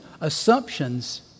assumptions